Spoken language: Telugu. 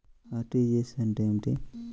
అర్.టీ.జీ.ఎస్ అంటే ఏమిటి?